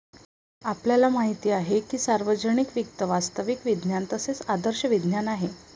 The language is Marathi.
आपल्याला माहित आहे की सार्वजनिक वित्त वास्तविक विज्ञान तसेच आदर्श विज्ञान आहे